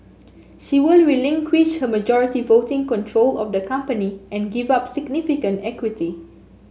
she will relinquish her majority voting control of the company and give up significant equity